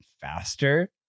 faster